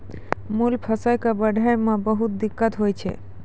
मूल फसल कॅ बढ़ै मॅ बहुत दिक्कत होय छै